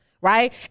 right